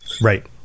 right